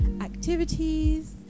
activities